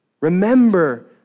Remember